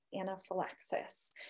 anaphylaxis